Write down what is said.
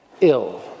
ill